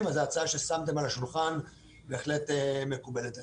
אז ההצעה ששמתם על השולחן בהחלט מקובלת עלינו.